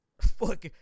fuck